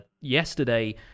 yesterday